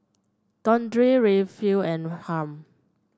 Deondre Rayfield and Harm